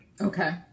Okay